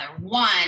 One